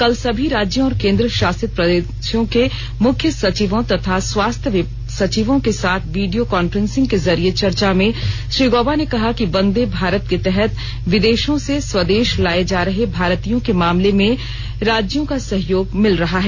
कल सभी राज्यों और केंद्रशासित प्रदेशों के मुख्य सचिवों तथा स्वास्थ्य सचिवों के साथ वीडियों कांफ्रेंसिंग के जरिये चर्चा में श्री गौबा ने कहा कि वंदे भारत के तहत विदेशों से स्वदेश लाए जा रहे भारतीयों के मामले में राज्यों का सहयोग मिल रहा है